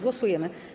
Głosujemy.